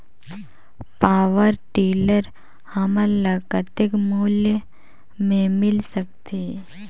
Power tiller हमन ल कतेक मूल्य मे मिल सकथे?